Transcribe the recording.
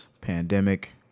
pandemic